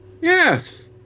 Yes